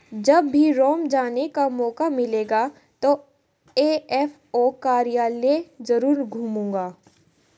जब भी रोम जाने का मौका मिलेगा तो एफ.ए.ओ कार्यालय जरूर घूमूंगा